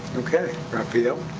okay. rafael?